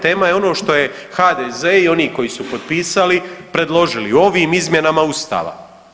Tema je ono što je HDZ i oni koji su potpisali predložili, ovim izmjenama Ustava.